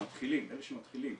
אלה שמתחילים,